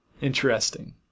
interesting